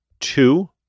two